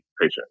patient